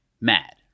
mad